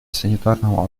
санитарному